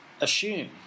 assume